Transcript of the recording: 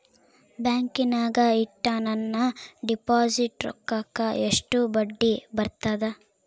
ಬ್ಯಾಂಕಿನಾಗ ಇಟ್ಟ ನನ್ನ ಡಿಪಾಸಿಟ್ ರೊಕ್ಕಕ್ಕ ಎಷ್ಟು ಬಡ್ಡಿ ಬರ್ತದ?